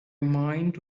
mind